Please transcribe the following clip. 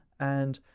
and